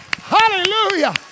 Hallelujah